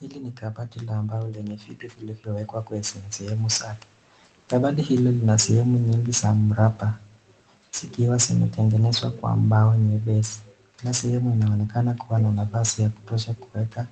Hili ni kabati la mbao lenye vitu vilivyowekwa kwenye sehemu zake, kabati hilo lina sehemu nyingi za mraba zikiwa zimetengenezwa kwa mbao nyepesi. Kila sehemu inaonekana kuwa na nafasi ya kutosha kuweka